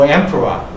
emperor